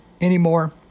anymore